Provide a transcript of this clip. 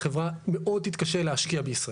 החברה מאוד תתקשה להשקיע בישראל.